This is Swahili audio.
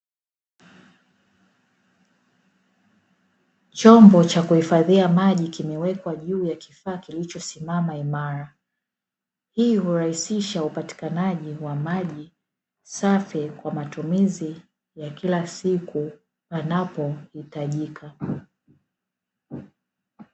Chombo cha kuhifadhia maji kimewekwa juu ya kifaa kilichosimama imara. Hii hurahisisha upatikanaji wa maji safi kwa matumizi ya kila siku panapohitajika.